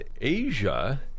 Asia